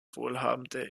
wohlhabende